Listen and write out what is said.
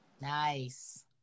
Nice